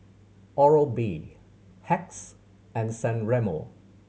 Oral B Hacks and San Remo